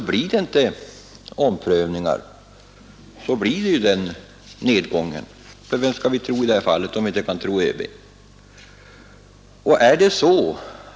Om inte omprövningar sker, blir det en sådan nedgång. Vem skall vi tro på i detta fall, om vi inte kan tro på ÖB?